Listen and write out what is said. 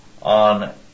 on